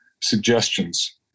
suggestions